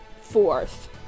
fourth